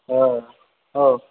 औ